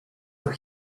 doch